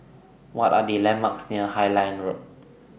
What Are The landmarks near Highland Road